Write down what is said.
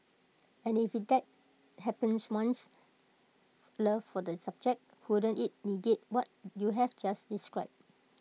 and if that hampers one's love for the subject wouldn't IT negate what you have just described